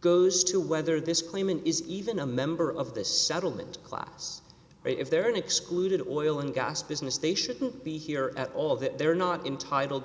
goes to whether this claimant is even a member of this settlement class or if they're an excluded oil and gas business they shouldn't be here at all that they're not entitled